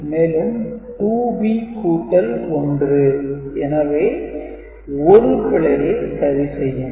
மேலும் 2b கூட்டல் 1 எனவே 1 பிழையை சரி செய்யும்